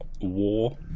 war